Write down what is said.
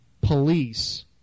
police